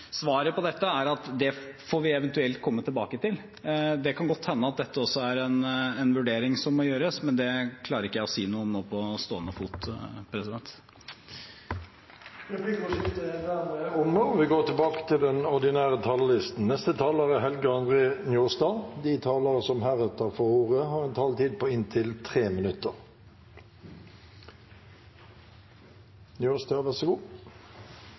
svaret på dette er at det får vi eventuelt komme tilbake til. Det kan godt hende at dette også er en vurdering som må gjøres, men det klarer ikke jeg å si noe om på stående fot. Replikkordskiftet er dermed omme. De talerne som heretter får ordet, har en taletid på inntil